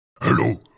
Hello